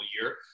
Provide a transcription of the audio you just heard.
year